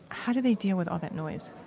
how do they deal with all that noise?